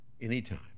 Anytime